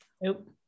Nope